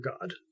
God